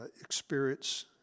experience